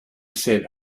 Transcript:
said